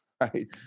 right